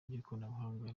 by’ikoranabuhanga